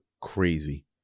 crazy